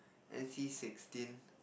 N_C sixteen